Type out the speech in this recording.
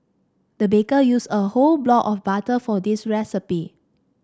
the baker used a whole block of butter for this recipe